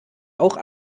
auch